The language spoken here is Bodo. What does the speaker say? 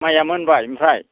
माइआ मोनबाय ओमफ्राय